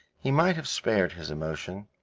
he might have spared his emotion.